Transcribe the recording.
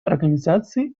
организации